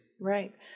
Right